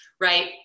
right